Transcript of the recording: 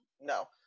no